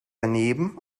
daneben